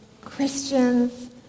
Christians